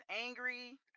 angry